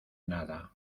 nada